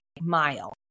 mile